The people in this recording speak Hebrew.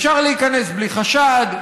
אפשר להיכנס בלי חשד,